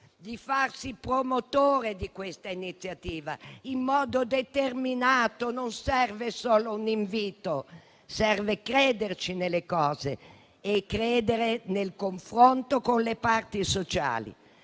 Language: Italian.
di farsi promotore di questa iniziativa, in modo determinato poiché non serve solo un invito; serve credere nelle cose e credere nel confronto con le parti sociali.